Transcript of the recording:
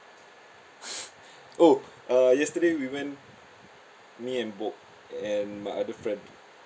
oh uh yesterday we went me and bob and my other friend